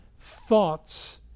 thoughts